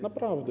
Naprawdę.